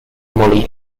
molly